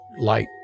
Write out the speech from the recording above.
light